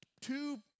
two